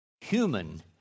Human